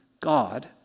God